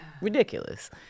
ridiculous